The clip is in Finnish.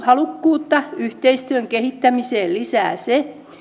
halukkuutta yhteistyön kehittämiseen lisää se